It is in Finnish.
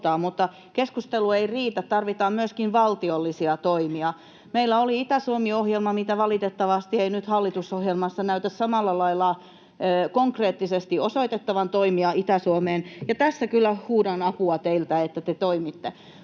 Mutta keskustelu ei riitä. Tarvitaan myöskin valtiollisia toimia. Meillä oli Itä-Suomi-ohjelma. Valitettavasti nyt ei hallitusohjelmassa näytetä samalla lailla konkreettisesti osoitettavan toimia Itä-Suomeen, ja tässä kyllä huudan apua teiltä, että te toimitte.